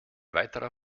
weiterer